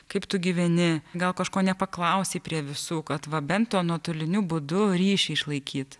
kaip tu gyveni gal kažko nepaklausei prie visų kad va bent nuotoliniu būdu ryšį išlaikyt